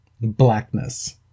blackness